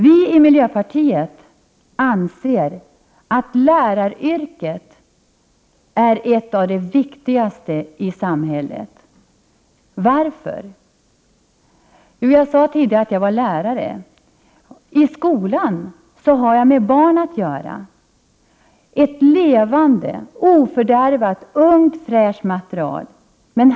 Vi i miljöpartiet anser att läraryrket är ett av de viktigaste yrkena i samhället. Varför? Jag nämnde tidigare att när jag är lärare i skolan har jag med barn att göra — ett levande, ofördärvat, ungt, fräscht material.